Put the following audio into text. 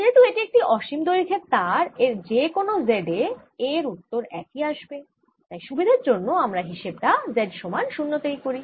যেহেতু এটি একটি অসীম দৈর্ঘ্যের তার এর যে কোন Z এ A এর উত্তর একই আসবে তাই সুবিধের জন্য আমরা হিসেব টা Z সমান 0 তেই করি